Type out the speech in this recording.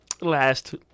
last